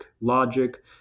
logic